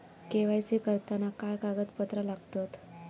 KYC करताना काय कागदपत्रा लागतत?